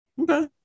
Okay